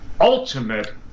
ultimate